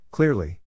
Clearly